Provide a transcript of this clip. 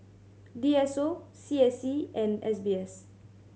D S O C S C and S B S